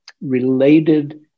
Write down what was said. related